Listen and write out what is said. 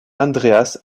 andreas